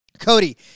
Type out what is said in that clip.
Cody